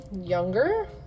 younger